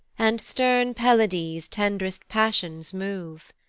and stern pelides tend'rest passions move.